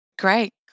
Great